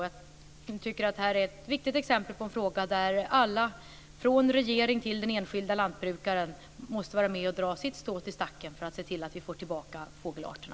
Jag tycker att detta är ett viktigt exempel på en fråga där alla, från regeringen till den enskilde lantbrukaren, måste vara med och dra sitt strå till stacken för att se till att vi får tillbaka fågelarterna.